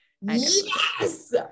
yes